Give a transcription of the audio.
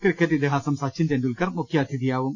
cricket ഇതിഹാസം സച്ചിൻ തെണ്ടുൽക്കർ മുഖ്യാതിഥിയാവും